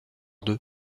deux